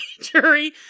jury